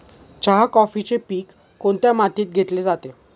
चहा, कॉफीचे पीक कोणत्या मातीत घेतले जाते?